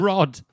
Rod